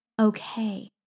okay